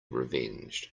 revenged